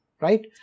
right